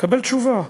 תקבל תשובה.